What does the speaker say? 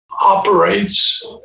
operates